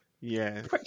Yes